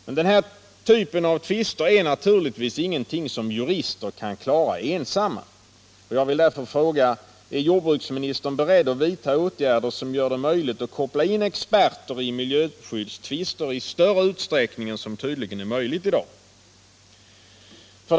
Men den här typen av tvister är naturligtvis ingenting som jurister kan klara ensamma. Jag vill därför fråga: Är jordbruksministern beredd att vidta åtgärder som gör det möjligt att koppla in experter i miljöskyddstvister i större utsträckning än som tydligen är möjligt i dag? 2.